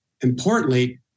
Importantly